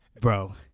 bro